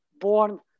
born